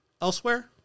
elsewhere